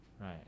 right